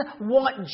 want